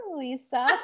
Lisa